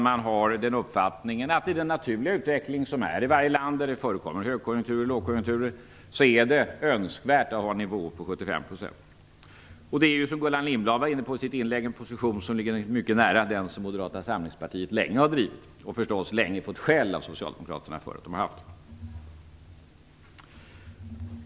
Man har den uppfattningen att i den naturliga utveckling som sker i varje land där det förekommer hög och lågkonjunkturer är det önskvärt med en nivå på 75 %. Det är ju - som Gullan Lindblad var inne på i sitt anförande - en position som ligger mycket nära den som Moderata samlingspartiet länge har intagit och länge fått skäll av socialdemokraterna för.